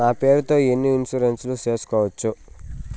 నా పేరుతో ఎన్ని ఇన్సూరెన్సులు సేసుకోవచ్చు?